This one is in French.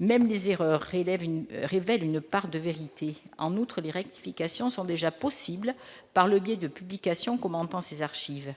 même les erreurs une révèle une part de vérité en outre des rectifications sont déjà possibles par le biais de publication, commentant ces archives,